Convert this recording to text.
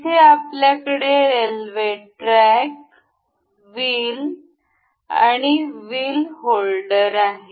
येथे आपल्याकडे railway track wheel आणि व्हील होल्डर आहेत